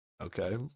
Okay